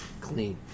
Clean